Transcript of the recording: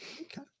Okay